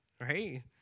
right